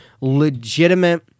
legitimate